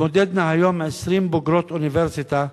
תתמודדנה היום 20 בוגרות אוניברסיטה.